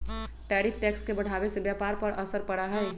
tariff tax के बढ़ावे से व्यापार पर का असर पड़ा हई